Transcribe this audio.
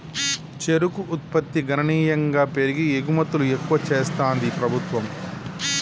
చెరుకు ఉత్పత్తి గణనీయంగా పెరిగి ఎగుమతులు ఎక్కువ చెస్తాంది ప్రభుత్వం